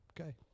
Okay